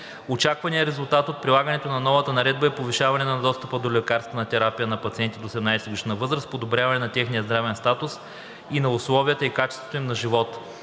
Очакваният резултат от прилагането на новата уредба е повишаване на достъпа до лекарствена терапия на пациенти до 18-годишна възраст, подобряване на техния здравен статус и на условията и качеството им на живот.